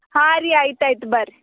ಹಾಂ ರೀ ಆಯ್ತಾಯ್ತು ಬರ್ರಿ